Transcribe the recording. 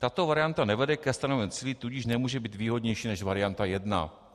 Tato varianta nevede ke stanovenému cíli, tudíž nemůže být výhodnější než varianta 1.